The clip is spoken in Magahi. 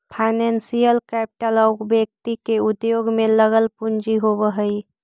फाइनेंशियल कैपिटल कोई व्यक्ति के उद्योग में लगल पूंजी होवऽ हई